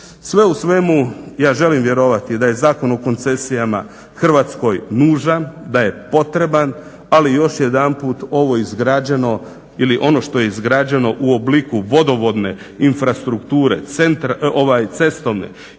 Sve u svemu ja želim vjerovati da je Zakon o koncesijama Hrvatskoj nužan, da je potreban ali još jedanput ovo izgrađeno ili ono što je izgrađeno u obliku vodovodne infrastrukture, cestovne ili elektroinfrastrukture